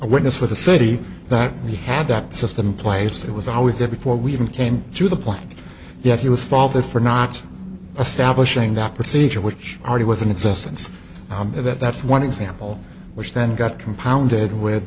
a witness for the city that he had that system in place that was always there before we even came to the point yet he was faulted for not establishing that procedure which r d was in existence and that's one example which then got compounded with